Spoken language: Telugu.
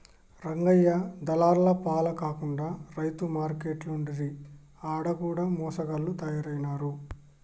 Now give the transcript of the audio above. రంగయ్య దళార్ల పాల కాకుండా రైతు మార్కేట్లంటిరి ఆడ కూడ మోసగాళ్ల తయారైనారు